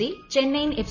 C Chennaiyin F